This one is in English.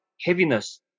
heaviness